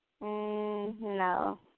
no